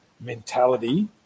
mentality